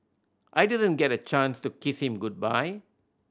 I didn't get a chance to kiss him goodbye